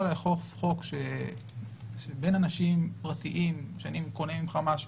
לאכוף חוק שבין אנשים פרטיים שאני קונה ממך משהו,